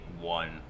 one